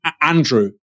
Andrew